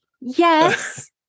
Yes